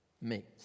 meet